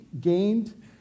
gained